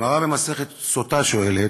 הגמרא במסכת סוטה שואלת: